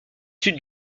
sud